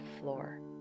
floor